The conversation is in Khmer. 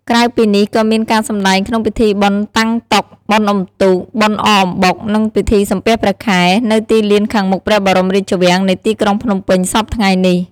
ក្រៅពីនេះ ក៏មានការសម្តែងក្នុងពិធីបុណ្យតាំងតុ បុណ្យអុំទូក បុណ្យអកអំបុក និងពិធីសំពះព្រះខែ នៅទីលានខាងមុខព្រះបរមរាជវាំងនៃទីក្រុងភ្នំពេញសព្វថ្ងៃនេះ ។